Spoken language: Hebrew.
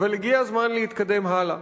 אבל הגיע הזמן להתקדם הלאה.